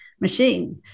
machine